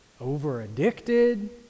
over-addicted